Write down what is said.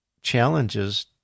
challenges